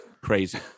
crazy